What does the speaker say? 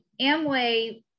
Amway